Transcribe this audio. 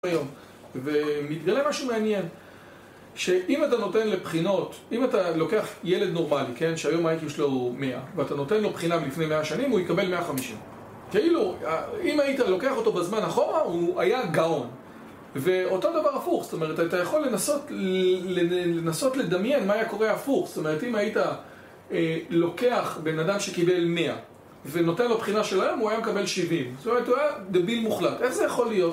ומתגלה משהו מעניין שאם אתה נותן לבחינות אם אתה לוקח ילד נורמלי, כן, שהיום ה-IQ שלו 100 ואתה נותן לו בחינה מלפני 100 שנים הוא יקבל 150 כאילו אם היית לוקח אותו בזמן אחורה הוא היה גאון ואותו דבר הפוך זאת אומרת אתה יכול לנסות... לנסות לדמיין מה היה קורה הפוך זאת אומרת אם היית לוקח בן אדם שקיבל 100 ונותן לו בחינה של היום הוא היה מקבל 70, זאת אומרת הוא היה דביל מוחלט, איך זה יכול להיות?